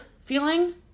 feeling